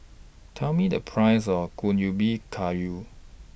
Tell Me The Price of Kuih Ubi Kayu